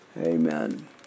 Amen